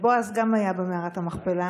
גם בועז היה במערת המכפלה,